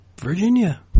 Virginia